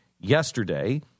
yesterday